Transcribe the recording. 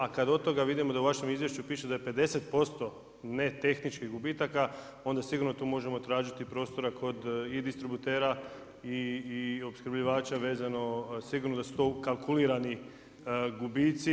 A kada od toga vidimo da u vašem izvješću piše da je 50% ne tehničkih gubitaka onda sigurno tu možemo tražiti prostora kod i distributera i opskrbljivača vezano, sigurno da su to ukalkulirani gubitci.